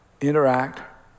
interact